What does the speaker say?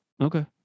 Okay